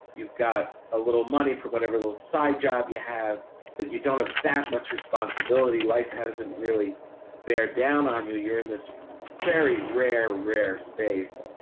you've got a little money for whatever little side job you have, but you don't have that much responsibility. life hasn't really bear down on you. you're in this very rare, rare space.